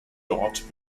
dort